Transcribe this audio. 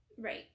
Right